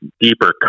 deeper